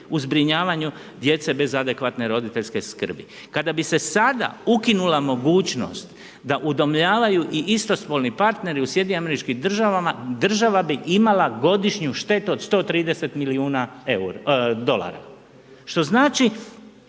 u zbrinjavanju djece bez adekvatne roditeljske skrbi. Kada bi se sada ukinula mogućnost da udomljavaju i istospolni partneri u SAD-u, država bi imala godišnju štetu od 130 milijuna dolara. Što znači